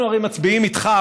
אנחנו הרי מצביעים איתך,